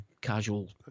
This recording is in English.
casual